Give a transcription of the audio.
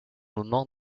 moment